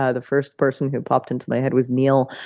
ah the first person who popped into my head was neil,